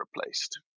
replaced